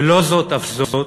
ולא זאת אף זאת,